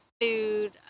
food